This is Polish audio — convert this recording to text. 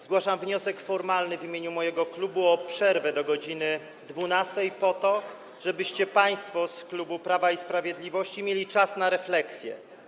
Zgłaszam wniosek formalny w imieniu mojego klubu o przerwę do godz. 12 po to, żebyście państwo z klubu Prawa i Sprawiedliwości mieli czas na refleksję.